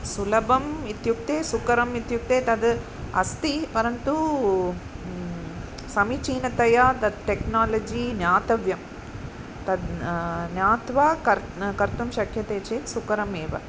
सुलभम् इत्युक्ते सुकरम् इत्युक्ते तद् अस्ति परन्तु समीचीनतया तत् टेक्नालजी ज्ञातव्यं तद् ज्ञात्वा कर् कर्तुं शक्यते चेत् सुकरमेव